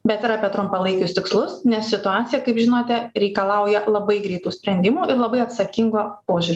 bet ir apie trumpalaikius tikslus nes situacija kaip žinote reikalauja labai greitų sprendimų ir labai atsakingo požiūrio